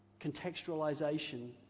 Contextualization